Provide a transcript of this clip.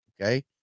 Okay